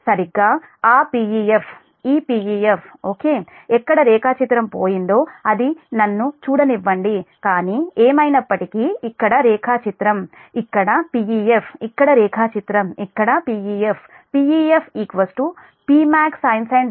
సరిగ్గా ఆ Pef ఈ Pef ఓకే ఎక్కడ రేఖాచిత్రం పోయిందో అది నన్ను చూడనివ్వండి కానీ ఏమైనప్పటికీ ఇక్కడ రేఖాచిత్రం ఇక్కడ Pef ఇక్కడ రేఖాచిత్రం ఇక్కడ Pef Pef Pmax sin 1